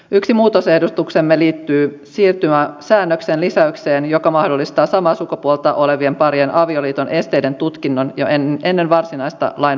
yksi muutosehdotuksemme liittyy siirtymäsäännöksen lisäykseen joka mahdollistaa samaa sukupuolta olevien parien avioliiton esteiden tutkinnan jo ennen varsinaista lain voimaantuloa